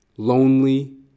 Lonely